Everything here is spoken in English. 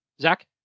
Zach